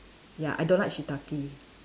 ya I don't like shiitake